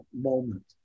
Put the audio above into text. moment